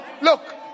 Look